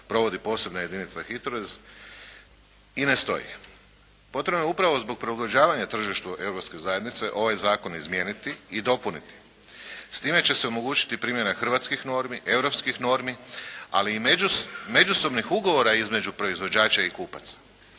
/Govornik se ne razumije./ … i ne stoji. Potrebno je upravo zbor prilagođavanja tržištu Europske zajednice ovaj Zakon izmijeniti i dopuniti. S time će se omogućiti primjena hrvatskih normi, europskih normi, ali i međusobnih ugovora između proizvođača i kupaca.